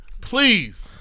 Please